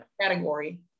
category